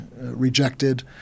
rejected